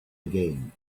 again